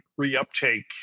reuptake